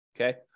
Okay